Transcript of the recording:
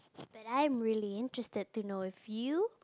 but I'm really interested to know if you